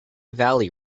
valley